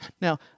Now